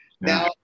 Now